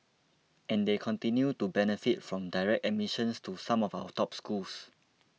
and they continue to benefit from direct admissions to some of our top schools